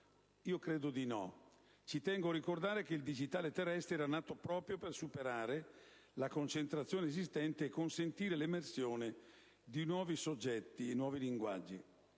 Io credo di no. Ci tengo a ricordare che il digitale terrestre era nato proprio per superare la concentrazione esistente e consentire l'emersione di nuovi soggetti e nuovi linguaggi.